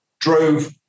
drove